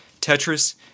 tetris